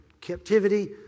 captivity